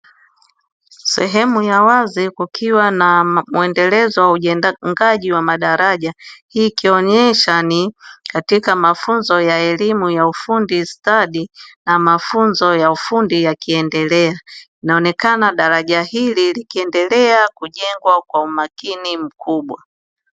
Sehemu ya wazi kukiwa na muendelezo wa ujengaji wa madaraja, hii ikionesha ni katika mafunzo ya ufundi stadi na mafunzo ya ufundi yakiendelea. Inaonekana daraja hili likiendelea kujengwa kwa umakini mkubwa.